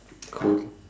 cool